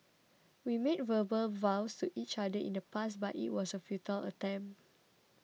we made verbal vows to each other in the past but it was a futile attempt